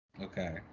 Okay